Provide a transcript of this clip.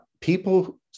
people